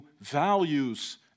values